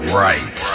right